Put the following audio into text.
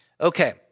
Okay